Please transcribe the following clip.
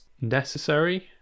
necessary